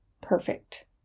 perfect